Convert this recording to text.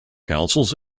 councils